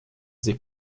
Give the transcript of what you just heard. sich